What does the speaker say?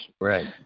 Right